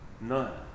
None